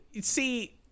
see